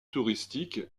touristique